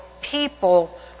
people